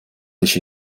еще